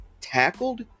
tackled